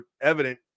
evident